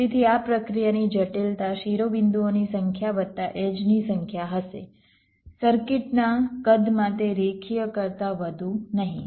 તેથી આ પ્રક્રિયાની જટિલતા શિરોબિંદુઓની સંખ્યા વત્તા એડ્જની સંખ્યા હશે સર્કિટના કદમાં તે રેખીય કરતાં વધુ નહીં